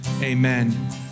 Amen